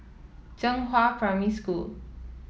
Zhenghua Primary School